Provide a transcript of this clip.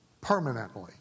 permanently